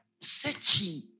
searching